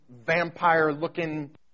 vampire-looking